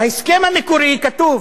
בהסכם המקורי כתוב